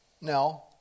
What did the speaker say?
No